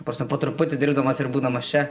ta prasme po truputį dirbdamas ir būdamas čia